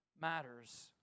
matters